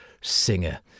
singer